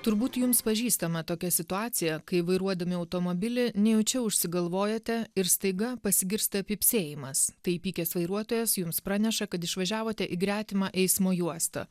turbūt jums pažįstama tokia situacija kai vairuodami automobilį nejučia užsigalvojate ir staiga pasigirsta pypsėjimas tai įpykęs vairuotojas jums praneša kad išvažiavote į gretimą eismo juostą